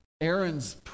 Aaron's